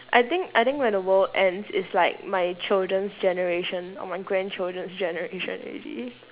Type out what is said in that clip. I think I think when the world ends it's like my children's generation or my grandchildren's generation already